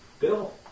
Bill